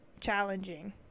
challenging